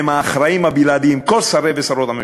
האחראים הבלעדיים, כל שרי ושרות הממשלה,